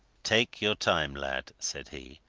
take your time, lad, said he.